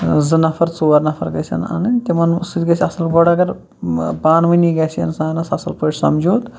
زٕ نَفر ژور نفر گَژھَن اَنٕنۍ تِمَن سٟتۍ گَژِھ اَصٕل پٲٹھۍ اَگر پانہٕ وٲنی گَژِھ اِنسانَس اَصٕل پٲٹھۍ سَمجھوتہٕ